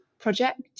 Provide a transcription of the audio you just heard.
Project